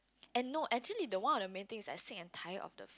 and no actually the one of the main thing I sick and tired of the